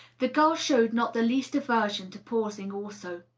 the girl showed not the least aversion to pausing also.